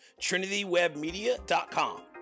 trinitywebmedia.com